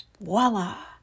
voila